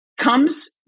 comes